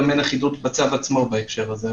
גם אין אחידות בצו עצמו בהקשר הזה,